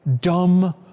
dumb